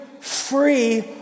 free